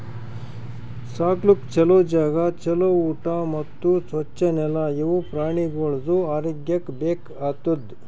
ಸಾಕ್ಲುಕ್ ಛಲೋ ಜಾಗ, ಛಲೋ ಊಟಾ ಮತ್ತ್ ಸ್ವಚ್ ನೆಲ ಇವು ಪ್ರಾಣಿಗೊಳ್ದು ಆರೋಗ್ಯಕ್ಕ ಬೇಕ್ ಆತುದ್